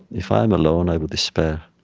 if i am alone, i would despair.